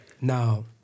Now